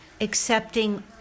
accepting